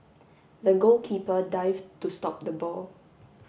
the goalkeeper dived to stop the ball